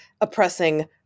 oppressing